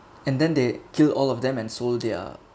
and then they kill all of them and sold their